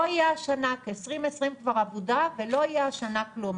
לא יהיה השנה כי 2020 כבר אבודה ולא יהיה השנה כלום.